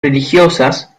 religiosas